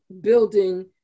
building